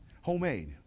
Homemade